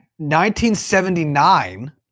1979